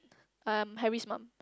um Harry's mum